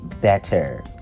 better